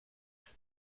het